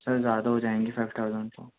سر زیادہ ہو جائیں گے فائیو تھاؤزینڈ تو